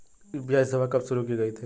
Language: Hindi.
यू.पी.आई सेवा कब शुरू की गई थी?